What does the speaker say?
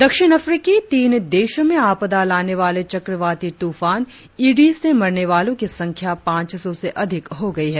दक्षिण अफ्रीकी तीन देशों में आपदा लाने वाले चक्रवाती तूफान इदी से मरने वालों की संख्या पांच सौ से अधिक हो गई हैं